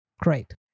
Great